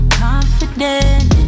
confident